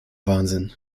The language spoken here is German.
wahnsinn